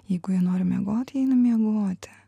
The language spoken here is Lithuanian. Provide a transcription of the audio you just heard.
jeigu jie nori miegoti jie eina miegoti